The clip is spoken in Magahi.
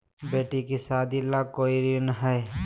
बेटी के सादी ला कोई ऋण हई?